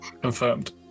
Confirmed